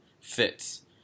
fits